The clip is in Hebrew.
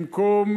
במקום